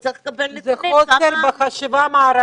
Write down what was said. וצריך לקבל נתונים --- זה חוסר בחשיבה מערכתית,